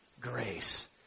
grace